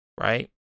Right